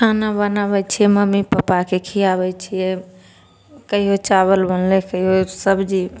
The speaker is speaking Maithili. खाना बनाबै छियै मम्मी पापाके खियाबै छियै कहियो चावल बनलै कहियो सब्जी